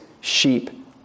sheep